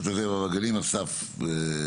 והגנים, אסף.